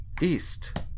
east